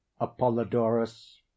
apollodorus